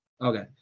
Okay